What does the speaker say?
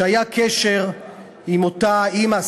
שהיה קשר עם אותה אימא,